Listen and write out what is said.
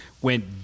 went